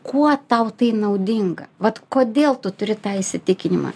kuo tau tai naudinga vat kodėl tu turi tą įsitikinimą